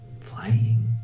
Flying